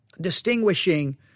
distinguishing